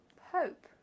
hope